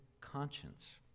conscience